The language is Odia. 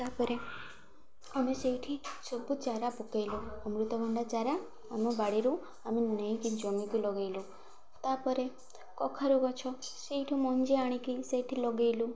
ତା'ପରେ ଆମେ ସେଇଠି ସବୁ ଚାରା ପକାଇଲୁ ଅମୃତଭଣ୍ଡା ଚାରା ଆମ ବାଡ଼ିରୁ ଆମେ ନେଇକି ଜମିକି ଲଗାଇଲୁ ତା'ପରେ କଖାରୁ ଗଛ ସେଇଠୁ ମଞ୍ଜି ଆଣିକି ସେଇଠି ଲଗେଇଲୁ